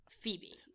Phoebe